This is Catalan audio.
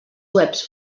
webs